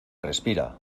respira